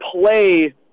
play